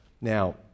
Now